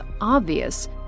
obvious